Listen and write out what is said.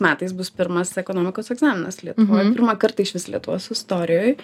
metais bus pirmas ekonomikos egzaminas lietuvoj pirmą kartą iš vis lietuvos istorijoj